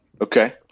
Okay